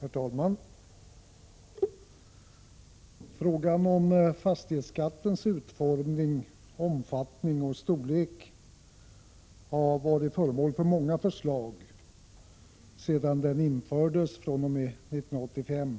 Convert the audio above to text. Herr talman! Frågan om fastighetsskattens utformning, omfattning och storlek har varit föremål för många förslag sedan den infördes 1985